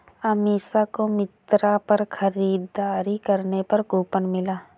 अमीषा को मिंत्रा पर खरीदारी करने पर कूपन मिला